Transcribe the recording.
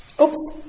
Oops